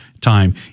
time